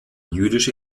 jüdische